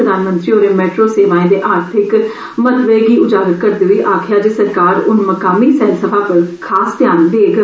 प्रधानमंत्री होरें मेट्रो सेवाएं दे आर्थिक महत्व गी उजागर करदे होई आक्खेआ जे सरकार हन मुकामी सैलसफा पर खास ध्यान देग